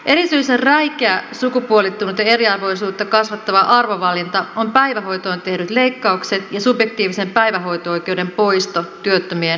erityisen räikeä sukupuolittunut ja eriarvoisuutta kasvattava arvovalinta on päivähoitoon tehdyt leikkaukset ja subjektiivisen päivähoito oikeuden poisto työttömien vanhempien lapsilta